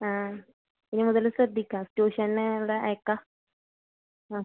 ആ ഇനി മുതൽ ശ്രദ്ധിക്കാം ട്യൂഷന് ഇവിടെ അയക്കാം ആ